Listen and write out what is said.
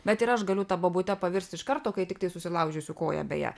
bet ir aš galiu ta bobute pavirsti iš karto kai tiktai susilaužysiu koją beje